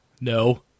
no